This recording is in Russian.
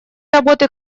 работы